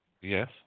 Yes